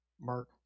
Mark